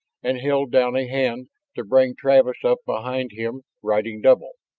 and held down a hand to bring travis up behind him riding double.